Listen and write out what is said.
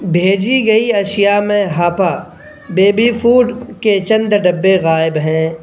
بھیجی گئی اشیاء میں ہاپا بیبی فوڈ کے چند ڈبے غائب ہیں